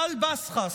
טל בסכס,